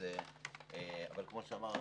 אבל כמו שאמר חברי,